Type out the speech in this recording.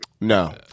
No